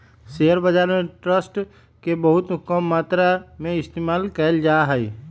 share बाजार में trust के बहुत कम मात्रा में इस्तेमाल कइल जा हई